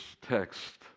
text